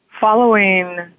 following